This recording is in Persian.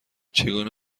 چگونه